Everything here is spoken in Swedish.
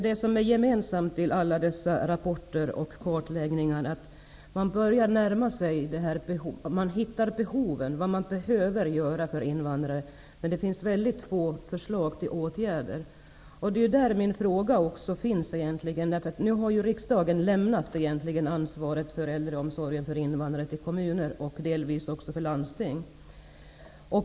Det som är gemensamt för dessa rapporter och kartläggningar är att man har kunnat peka på behoven, vet vad man behöver göra för invandrare, men det finns väldigt få förslag till åtgärder. Det är vad min fråga egentligen gäller. Nu har riksdagen lämnat ansvaret för äldreomsorgen för invandrare till kommunerna och delvis också till landstingen.